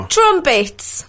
Trumpets